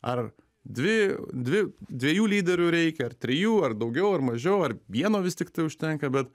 ar dvi dvi dviejų lyderių reikia ar trijų ar daugiau ar mažiau ar vieno vis tiktai užtenka bet